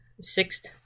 sixth